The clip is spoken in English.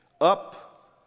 Up